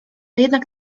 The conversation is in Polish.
jednak